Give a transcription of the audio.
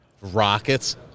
Rockets